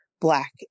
Black